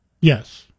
Yes